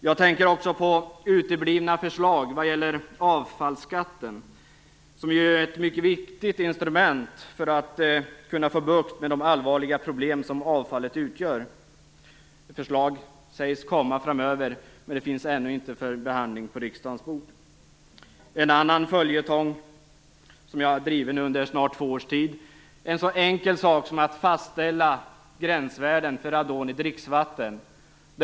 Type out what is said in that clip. Jag tänker också på uteblivna förslag vad gäller avfallsskatten, som ju är ett mycket viktigt instrument för att få bukt med det allvarliga problem som avfallet utgör. Förslag sägs komma framöver, men det finns ännu inget sådant för behandling på riksdagens bord. En annan följetong, och något som jag nu har drivit i snart två års tid, är en så enkel sak som att fastställa gränsvärden för radon i dricksvatten.